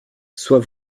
soit